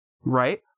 right